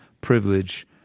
privilege